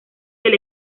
del